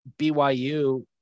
BYU –